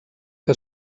que